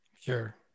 Sure